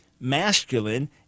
masculine